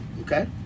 Okay